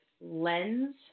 lens